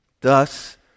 Thus